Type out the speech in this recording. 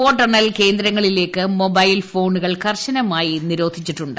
വോട്ടെണ്ണൽ കേന്ദ്രങ്ങളിലേക്ക് മൊബൈൽ ഫോണുകൾ കർശനമായി നിരോധിച്ചിട്ടുണ്ട്